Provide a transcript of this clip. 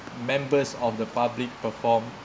members of the public perform